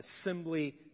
assembly